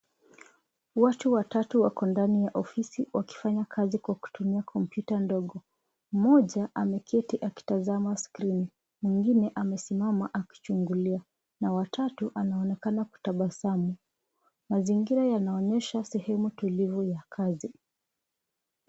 Watu watatu wako ndani ya ofisi wakifanya kazi kwa kutumia kompyuta ndogo. Mmoja ameketi akitazama skrini mwingine amesimama akichungulia na wa tatu anaonekana kutabasamu. Mazingira yanaonyesha sehemu tulivu ya kazi.